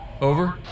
Over